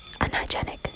unhygienic